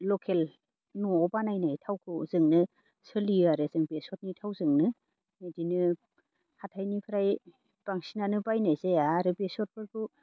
लकेल न'आव बानायनाय थावखौ जोंनो सोलियो आरो जों बेसरनि थावजोंनो बिदिनो हाथायनिफ्राय बांसिनानो बायनाय जाया आरो बेसरफोरखौ